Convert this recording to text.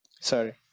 sorry